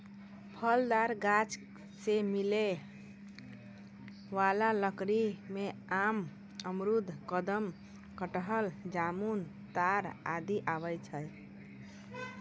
फलदार गाछ सें मिलै वाला लकड़ी में आम, अमरूद, कदम, कटहल, जामुन, ताड़ आदि आवै छै